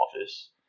Office